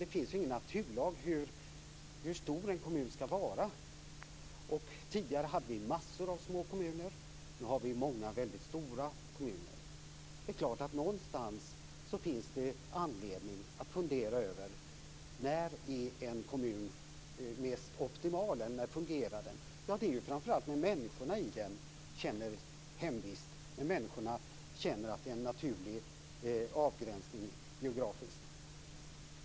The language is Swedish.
Det finns ingen naturlag som säger hur stor en kommun skall vara. Tidigare hade vi massor av små kommuner, och nu har vi många väldigt stora kommuner. Det är klart att det någonstans finns anledning att fundera över när en kommun fungerar mest optimalt. Det sker framför allt när människorna känner hemvist i den och upplever att den har en naturlig geografisk avgränsning.